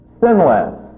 sinless